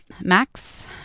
Max